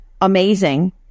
amazing